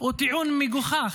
הוא טיעון מגוחך,